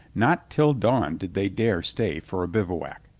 not till dawn did they dare stay for a bivouac.